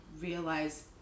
realize